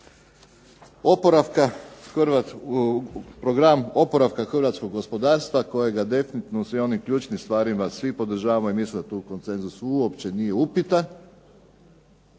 oporavka hrvatskog gospodarstva kojega definitivno u svim onim ključnim stvarima svi podržavaju i misle da tu konsenzus uopće nije upitan.